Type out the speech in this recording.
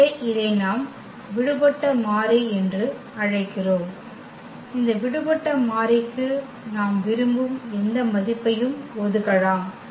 எனவே இதை நாம் விடுபட்ட மாறி என்று அழைக்கிறோம் இந்த விடுபட்ட மாறிக்கு நாம் விரும்பும் எந்த மதிப்பையும் ஒதுக்கலாம்